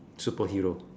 superhero